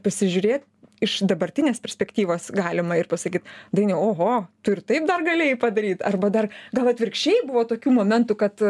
pasižiūri iš dabartinės perspektyvos galima ir pasakyt dainiau oho tu ir taip dar galėjai padaryt arba dar gal atvirkščiai buvo tokių momentų kad